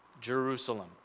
Jerusalem